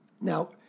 Now